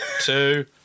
two